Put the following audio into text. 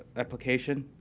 application,